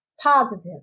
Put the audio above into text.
positive